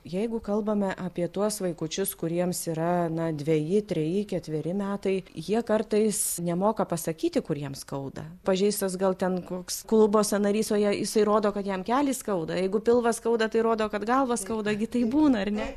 jeigu kalbame apie tuos vaikučius kuriems yra na dveji treji ketveri metai jie kartais nemoka pasakyti kur jiems skauda pažeistas gal ten koks klubo sąnarys o jie jisai rodo kad jam kelį skauda jeigu pilvą skauda tai rodo kad galvą skauda gi taip būna ar ne